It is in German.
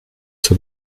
zur